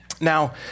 Now